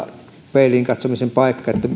peiliin katsomisen paikka